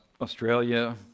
Australia